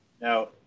now